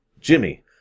Jimmy